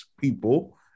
people